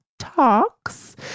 talks